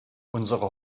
unsere